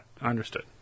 understood